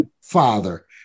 father